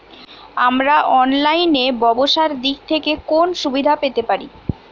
আমরা অনলাইনে ব্যবসার দিক থেকে কোন সুবিধা পেতে পারি?